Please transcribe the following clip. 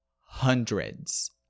hundreds